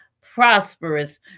prosperous